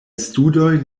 studoj